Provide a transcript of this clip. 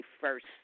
first